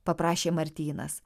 paprašė martynas